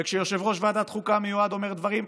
וכשיושב-ראש ועדת חוקה המיועד אומר דברים,